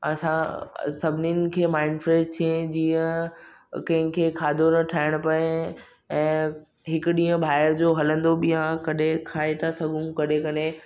असां सभिनिनि खे माइंड फ्रैश थिए जीअं कंहिंखे खाधो न ठाइणो पिए ऐं हिकु ॾींहं ॿाहिरि जो हलंदो बि आहे कॾें खाई था सघूं कॾहिं कॾहिं